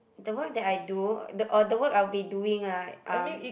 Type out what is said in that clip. the work that I do or the work I'll be doing ah um